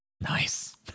Nice